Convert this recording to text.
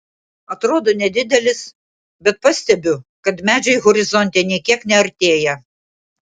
atrodo nedidelis bet pastebiu kad medžiai horizonte nė kiek neartėja